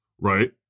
right